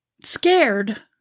scared